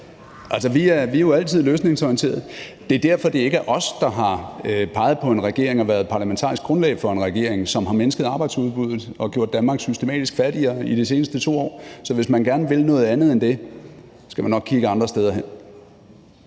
Vi er jo altid løsningsorienterede. Det er derfor, det ikke er os, der har peget på en regering og været parlamentarisk grundlag for en regering, som har mindsket arbejdsudbuddet og gjort Danmark systematisk fattigere i de seneste 2 år. Så hvis man gerne vil noget andet end det, skal man nok kigge andre steder hen.